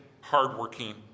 hardworking